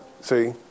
See